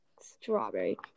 strawberry